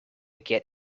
get